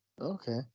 Okay